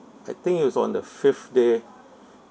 I think it was on the fifth day